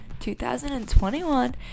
2021